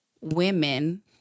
women